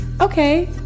okay